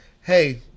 Hey